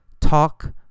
talk